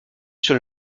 sur